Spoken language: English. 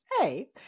Hey